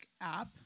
app